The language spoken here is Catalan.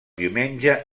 diumenge